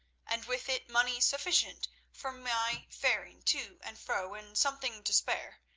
and with it money sufficient for my faring to and fro and something to spare.